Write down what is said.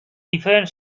different